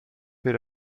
per